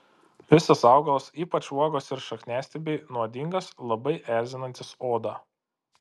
visas augalas ypač uogos ir šakniastiebiai nuodingas labai erzinantis odą